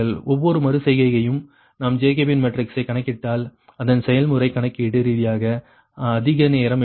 ஒவ்வொரு மறு செய்கையையும் நாம் ஜேகோபியன் மேட்ரிக்ஸைக் கணக்கிட்டால் அதன் செயல்முறை கணக்கீட்டு ரீதியாக அதிக நேரம் எடுக்கும்